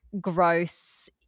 gross